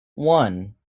one